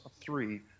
three